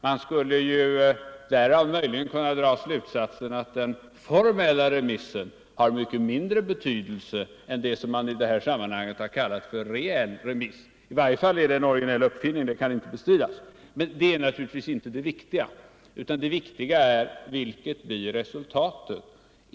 Man skulle därav möjligen kunna dra slutsatsen att den formella remissen har mycket mindre betydelse än det som i detta sammanhang har kallats för reell remiss. I varje fall är det en originell uppfinning, det kan inte bestridas. Men detta är naturligtvis inte det viktiga, utan det viktiga är: Vilket blir resultatet?